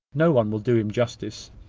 no one will do him justice.